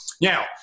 Now